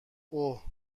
اُه